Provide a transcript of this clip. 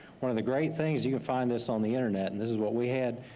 one of the great things, you can find this on the internet and this is what we had,